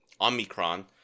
Omicron